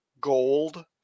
gold